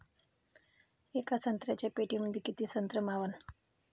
येका संत्र्याच्या पेटीमंदी किती संत्र मावन?